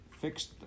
fixed